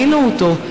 ראינו אותו,